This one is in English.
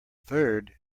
third